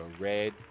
Red